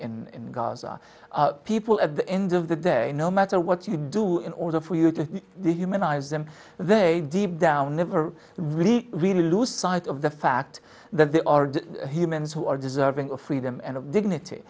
gaza people at the end of the day no matter what you do in order for you to the humanize them they deep down never really really lose sight of the fact that they are humans who are deserving of freedom and dignity